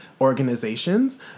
organizations